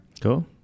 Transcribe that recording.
Cool